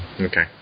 Okay